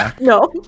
no